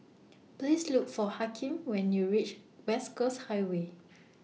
Please Look For Hakeem when YOU REACH West Coast Highway